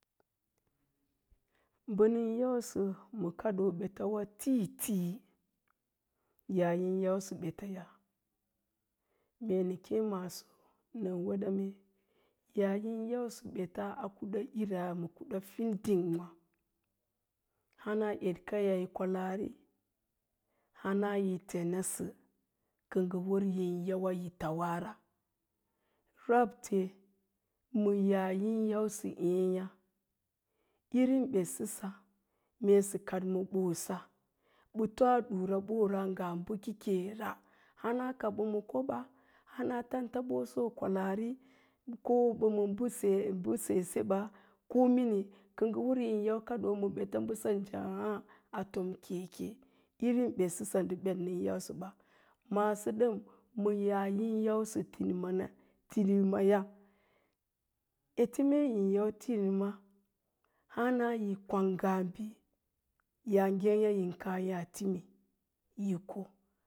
Bə nən yausə ma kaɗoo ɓetawa tiiti yaa yin yausə ɓetaya, mae nə kéé maaso, yaa yin yausə ɓeta a kuɗa'ira fiding yá hana eɗkaya yi kwalaari hanayi tenasə kə ngə wər yin yawa yi tawara, rabte ma yaa yin yausə ééyá irin ɓetsəsa mee sə kaɗ ma ɓosa ɓə toa ɗuraɓora maa bəkakera hana ka bəma ko ɓaa, hana tantəɓots kwalaari ko mee yi mbə sese mbə sese ɓa, kə ngə wər yin yau kaɗoo ma bets bəsa a tom jánúá ɓə keke irin ɓetasəsa ndə bet nən yangsəɓa, maaso ɗəm ma yaa yin yausə timima, tinimayá, ete mee yin yau tinima hana yi kwang ngaa bi, yaa ngékya yin káá yaa timi yi ko